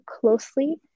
closely